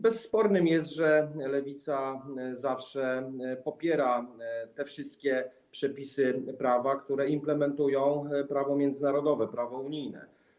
Bezsporne jest, że Lewica zawsze popiera wszystkie przepisy prawa, które implementują prawo międzynarodowe, prawo unijne.